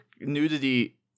nudity